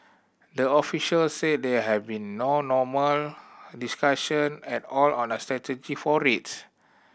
the official said there have been no normal discussion at all on a strategy for rates